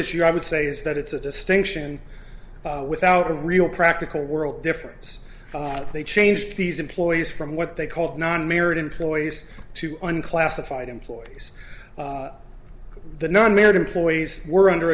issue i would say is that it's a distinction without a real practical world difference they changed these employees from what they called non married employees to earn classified employees the non married employees were under